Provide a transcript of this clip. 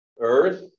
earth